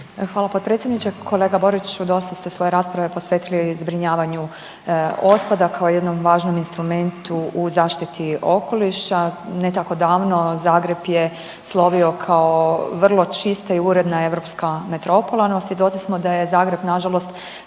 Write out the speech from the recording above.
Hvala potpredsjedniče. Kolega Boriću, dosta ste svoje rasprave posvetili zbrinjavanju otpada kao jednom važnom instrumentu u zaštiti okoliša. Ne tako davno Zagreb je slovio kao vrlo čista i uredna europska metropola, no svjedoci smo da je Zagreb na žalost